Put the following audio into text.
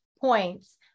points